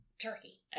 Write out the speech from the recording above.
Turkey